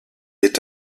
est